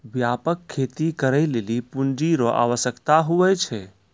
व्यापक खेती करै लेली पूँजी रो आवश्यकता हुवै छै